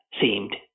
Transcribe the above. seemed